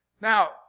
Now